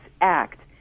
Act